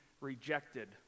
rejected